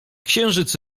księżyc